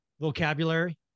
vocabulary